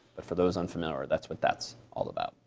but for those unfamiliar, that's what that's all about.